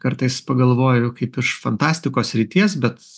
kartais pagalvoju kaip iš fantastikos srities bet